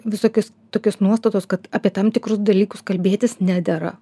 visokios tokios nuostatos kad apie tam tikrus dalykus kalbėtis nedera